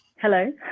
Hello